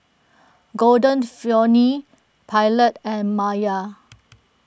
Golden Peony Pilot and Mayer